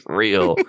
real